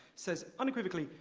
says, unequivocally,